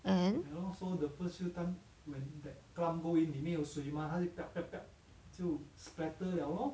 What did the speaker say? and